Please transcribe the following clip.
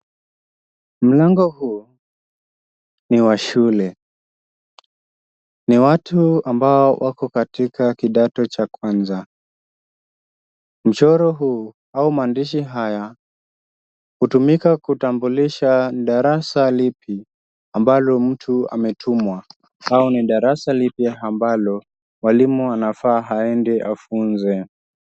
Mlango huu ni wa shule, ni watu ambao wako katika kidato cha kwanza. Mchoro huu au maandishi haya hutumika kutambulisha darasa lipi ambalo mtu ametumwa, au ni darasa lipi ambalo mwalimu anafaa aende afunze.